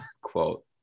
quote